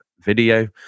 video